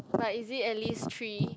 but is it at least three